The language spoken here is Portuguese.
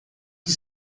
que